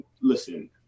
listen –